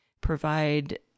provide